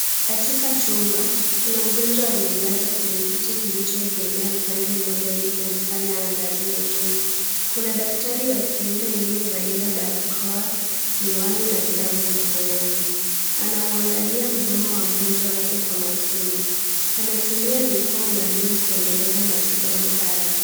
Katika chumba kuna mgonjwa aliyelazwa kwenye kiti kilichoegemea upande mmoja ili kumfanya aangalie juu. Kuna daktari wa kiume aliyevalia barakoa, miwani na glavu mikononi. Anauangalia mdomo wa mgonjwa wake kwa makini. Anatumia vifaa maalum kuendeleza matibabu haya.